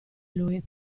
lui